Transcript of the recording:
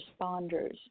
responders